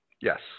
Yes